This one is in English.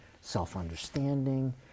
self-understanding